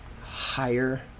higher